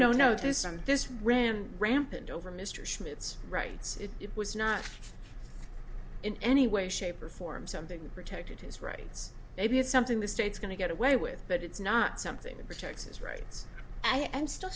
no no this and this ran rampant over mr smith's rights it was not in any way shape or form something that protected his rights maybe it's something the state's going to get away with but it's not something that protects his rights i am still